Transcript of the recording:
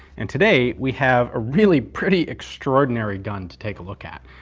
and today we have a really pretty extraordinary gun to take a look at.